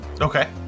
Okay